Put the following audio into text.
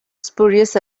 spurious